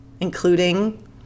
including